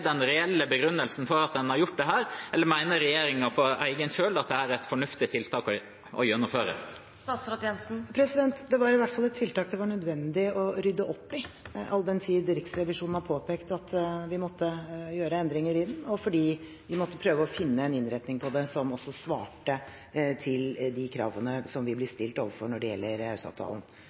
har gjort dette, eller mener regjeringen på egen kjøl at dette er et fornuftig tiltak å gjennomføre? Det var i hvert fall et tiltak det var nødvendig å rydde opp i, all den tid Riksrevisjonen har påpekt at vi måtte gjøre endringer i den, og fordi vi måtte prøve å finne en innretning på det som også svarte til de kravene som vi blir stilt overfor når det gjelder